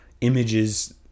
images